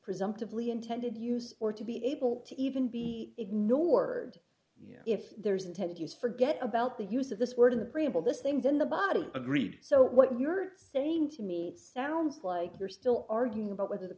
presumptively intended use or to be able to even be ignored if there's intended use forget about the use of this word in the preamble this thing then the body agreed so what you're saying to me sounds like you're still arguing about whether the